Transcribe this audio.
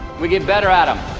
we get better at them